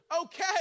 okay